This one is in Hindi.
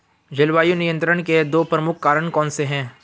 जलवायु नियंत्रण के दो प्रमुख कारक कौन से हैं?